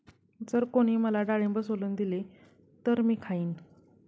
जर कोणी मला डाळिंब सोलून दिले तर मी खाईन